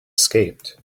escaped